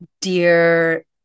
dear